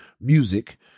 music